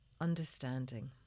understanding